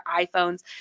iphones